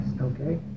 Okay